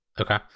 Okay